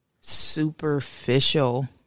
superficial